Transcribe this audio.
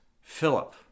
Philip